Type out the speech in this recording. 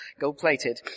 gold-plated